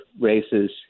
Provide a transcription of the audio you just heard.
races